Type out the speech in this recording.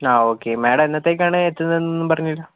ആ okay madam എന്നത്തേക്കാണ് എത്തുന്നത് എന്നൊന്നും പറഞ്ഞില്ല